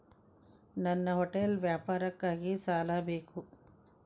ನನ್ನ ಹೋಟೆಲ್ ವ್ಯಾಪಾರಕ್ಕಾಗಿ ಸಾಲ ಬೇಕು